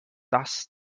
das